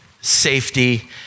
safety